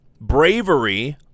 Bravery